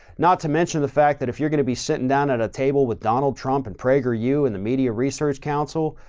not to mention the fact that if you're going to be sitting down at a table with donald trump, and prageru, and the media research council,